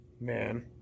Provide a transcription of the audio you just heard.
man